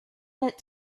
that